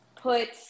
put